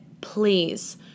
Please